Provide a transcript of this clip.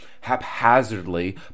haphazardly